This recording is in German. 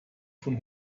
von